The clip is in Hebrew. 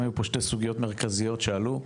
היו פה שתי סוגיות מרכזיות שעלו,